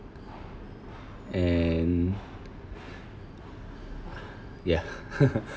and ya